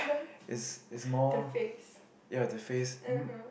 it's it's more ya the face